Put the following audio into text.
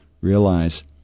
realize